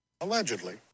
Allegedly